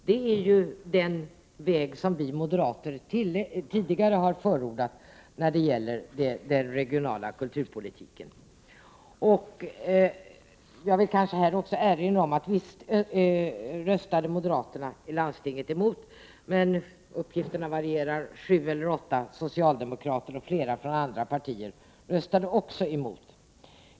Det är ju den väg som vi moderater tidigare förordat när det gäller den regionala kulturpolitiken. Jag vill också erinra om att visst röstade moderaterna i landstinget emot, men sju eller åtta socialdemokrater — uppgifterna varierar — och flera från andra partier gjorde detsamma.